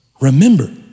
Remember